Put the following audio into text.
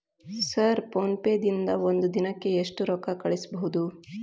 Sir PhonePe ದಿಂದ ಒಂದು ದಿನಕ್ಕೆ ಎಷ್ಟು ರೊಕ್ಕಾ ಕಳಿಸಬಹುದು?